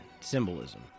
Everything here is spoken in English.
symbolism